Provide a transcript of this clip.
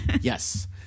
Yes